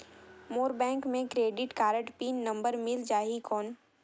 मोर bank मे credit card PIN number मिल जाहि कौन?